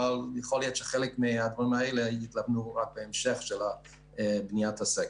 אבל יכול להיות שחלק מהדברים האלה --- רק בהמשך של בניית הסקר.